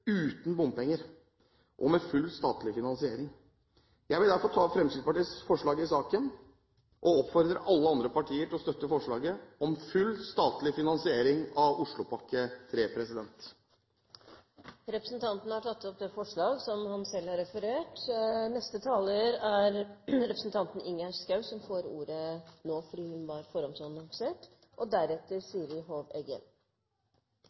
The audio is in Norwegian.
uten bompenger og med full statlig finansiering. Jeg vil derfor ta opp Fremskrittspartiets forslag i saken og oppfordrer alle andre partier til å støtte forslaget om full statlig finansiering av Oslopakke 3. Representanten Bård Hoksrud har tatt opp det forslaget han refererte til. Dette forslaget gir Stortinget en god anledning til å drøfte den rød-grønne regjeringens ansvar – og